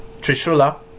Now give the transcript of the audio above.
Trishula